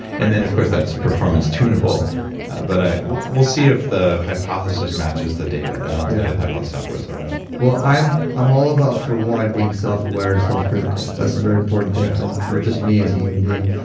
and then of course, that's performance tuneable but we'll we'll see if the hypothesis matches the data, and i'll tell you the hypothesis afterwards so we don't well, i'm i'm all about for one, being self-aware and self-critical, that's a very important thing for for just me as a human being.